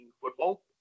football